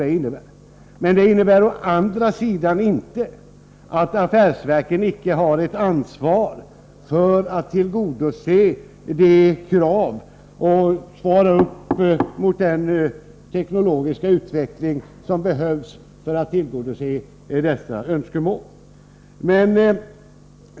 Å andra sidan innebär detta inte att affärsverken icke har ett ansvar för att tillgodose de handikappades krav och svara för den teknologiska utveckling som behövs för att tillgodose dessa önskemål.